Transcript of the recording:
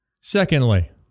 Secondly